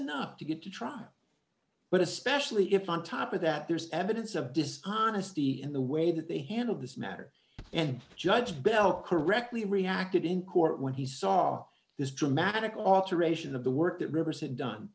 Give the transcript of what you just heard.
enough to get to trial but especially if on top of that there's evidence of dishonesty in the way that they handled this matter and judge bell correctly reacted in court when he saw this dramatic alteration of the work that rivers had done